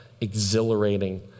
exhilarating